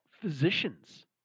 physicians